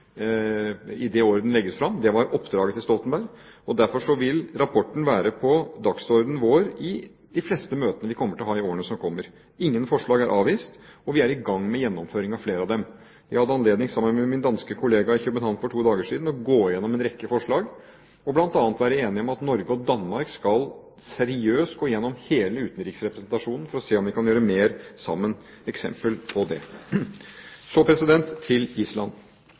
i det året den legges fram. Det var oppdraget til Stoltenberg. Derfor vil rapporten være på dagsordenen i de fleste møtene vi kommer til å ha i årene som kommer. Ingen forslag er avvist. Vi er i gang med gjennomføringen av flere av dem. Jeg hadde sammen med min danske kollega i København for to dager siden anledning til å gå gjennom en rekke forslag. Blant annet var vi enige om at Norge og Danmark seriøst skal gå gjennom hele utenriksrepresentasjonen for å se om vi kan gjøre mer sammen – et eksempel på dette. Så til Island.